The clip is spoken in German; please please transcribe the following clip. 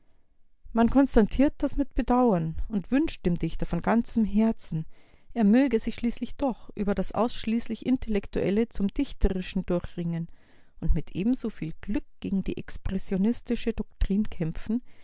man konstatiert das mit bedauern und wünscht dem dichter von ganzem herzen er möge sich schließlich doch über das ausschließlich intellektuelle zum dichterischen durchringen und mit ebenso viel glück gegen die expressionistische doktrin